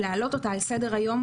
להעלות אותה על סדר-היום,